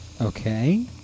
Okay